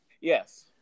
Yes